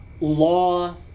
law